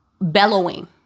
bellowing